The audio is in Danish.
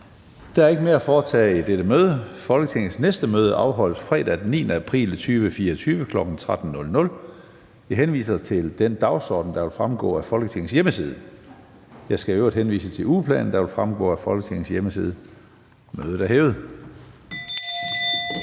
Der er ikke mere at foretage i dette møde. Folketingets næste møde afholdes fredag den 9. april 2024, kl. 13.00. Jeg henviser til den dagsorden, der vil fremgå af Folketingets hjemmeside. Jeg skal øvrigt henvise til ugeplanen, der også vil fremgå af Folketingets hjemmeside. Mødet er hævet.